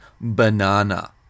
banana